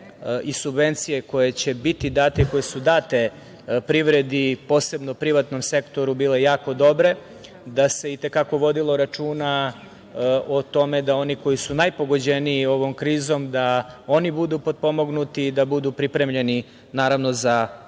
i subvencije koje će biti date, koje su date privredi i posebno privatnom sektoru, bile jako dobre, da se i te kako vodilo računa o tome da oni koji su najpogođeniji ovom krizom da oni budu potpomognuti i da budu pripremljeni, naravno, za narednu